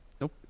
Nope